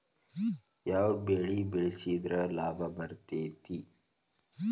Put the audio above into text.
ಯಾವ ಬೆಳಿ ಬೆಳ್ಸಿದ್ರ ಲಾಭ ಬರತೇತಿ?